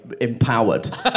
empowered